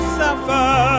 suffer